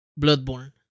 Bloodborne